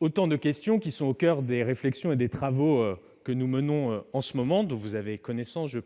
autant de questions qui sont au coeur des réflexions et des travaux que nous menons en ce moment, et dont vous avez connaissance,